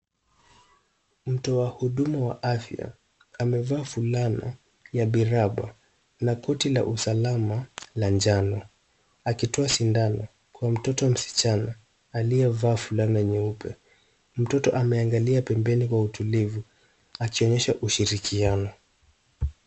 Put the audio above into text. Mtu wa huduma wa afya amevaa fulana ya miraba la koti la usalama la njano akitoa sindano kwa mtoto msichana aliyevaa fulani nyeupe. Mtoto ameangalia pembeni kwa utulivu, akionyesha ushirikiano.